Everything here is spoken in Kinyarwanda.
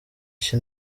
iki